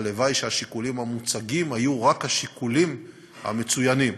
הלוואי שהשיקולים המוצגים היו רק השיקולים המצוינים.